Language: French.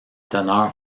teneur